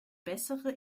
bessere